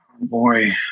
boy